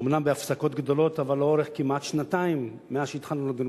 אומנם בהפסקות גדולות אבל לאורך כמעט שנתיים מאז התחלנו לדון בחוק.